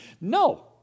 No